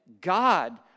God